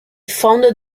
founded